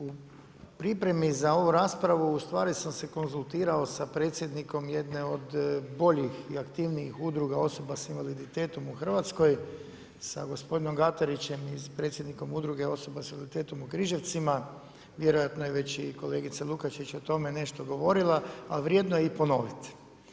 U pripremi za ovu raspravu ustvari sam se konzultirao sa predsjednikom jedne od boljih i aktivnijih udruga osoba s invaliditetom u Hrvatskoj, sa gospodinom Gatarićem, predsjednikom Udruge osoba s invaliditetom u Križevcima, vjerojatno je već i kolegica Lukačić o tome nešto i govorila ali vrijedno je ponovit.